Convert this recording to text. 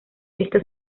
esto